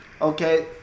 Okay